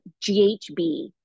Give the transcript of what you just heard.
GHB